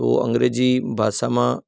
તો અંગ્રેજી ભાષામાં